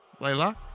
Layla